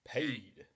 Paid